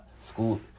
School